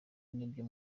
nibyo